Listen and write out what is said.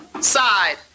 side